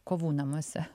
kovų namuose